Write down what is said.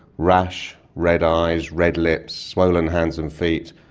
rash, red eyes red lips, swollen hands and feet,